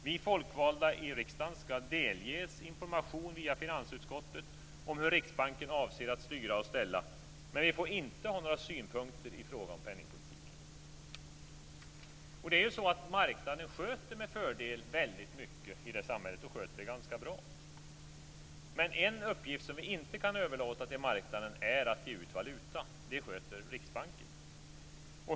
Vi folkvalda i riksdagen skall delges information via finansutskottet om hur Riksbanken avser att styra och ställa, men vi får inte ha några synpunkter i fråga om penningpolitiken. Marknaden sköter med fördel mycket i samhället och sköter det ganska bra. Men en uppgift som vi inte kan överlåta till marknaden är att ge ut valuta. Det sköter Riksbanken.